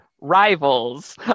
Rivals